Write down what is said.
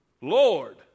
Lord